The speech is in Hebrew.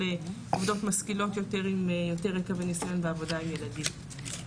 עובדות משכילות יותר עם יותר רקע וניסיון בעבודה עם ילדים.